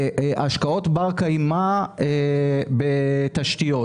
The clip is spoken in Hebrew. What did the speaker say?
השקעות בר קיימא בתשתיות,